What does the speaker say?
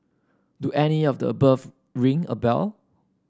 do any of the above ring a bell